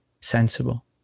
sensible